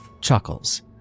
Chuckles